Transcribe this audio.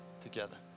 together